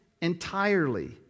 entirely